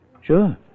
Sure